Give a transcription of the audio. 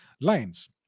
lines